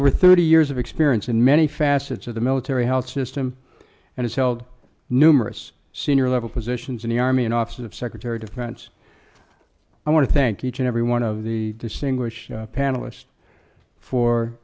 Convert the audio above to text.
over thirty years of experience in many facets of the military health system and it's held numerous senior level positions in the army an office of secretary defense i want to thank each and every one of the distinguished panelists for